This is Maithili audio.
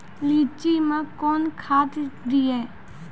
लीची मैं कौन खाद दिए?